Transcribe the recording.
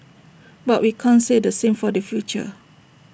but we can't say the same for the future